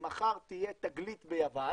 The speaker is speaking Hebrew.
אם מחר תהיה תגלית ביוון